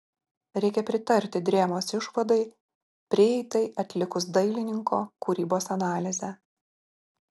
reikia pritarti drėmos išvadai prieitai atlikus dailininko kūrybos analizę